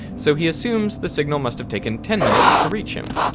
so he assumes the signal must have taken ten minutes to reach him.